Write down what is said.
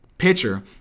pitcher